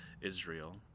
Israel